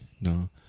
No